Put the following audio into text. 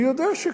אני יודע שכן,